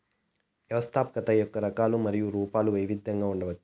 వ్యవస్థాపకత యొక్క రకాలు మరియు రూపాలు వైవిధ్యంగా ఉండవచ్చు